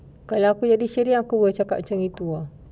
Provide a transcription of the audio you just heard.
kalau aku jadi sheryn aku will cakap macam itu ah